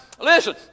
listen